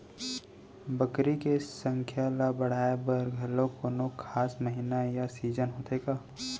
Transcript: बकरी के संख्या ला बढ़ाए बर घलव कोनो खास महीना या सीजन होथे का?